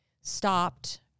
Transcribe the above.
stopped